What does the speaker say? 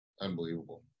Unbelievable